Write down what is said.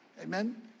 Amen